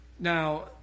Now